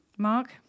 Mark